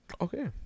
Okay